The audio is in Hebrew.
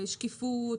שקיפות,